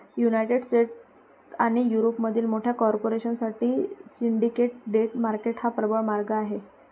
United States आणि युरोपमधील मोठ्या कॉर्पोरेशन साठी सिंडिकेट डेट मार्केट हा प्रबळ मार्ग आहे